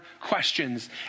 questions